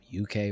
UK